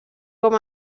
com